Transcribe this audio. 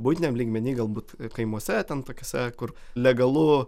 buitiniam lygmeny galbūt kaimuose ten tokiose kur legalu